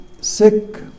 sick